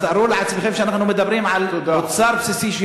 אז תארו לעצמכם שאנחנו מדברים על מוצר בסיסי,